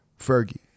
Fergie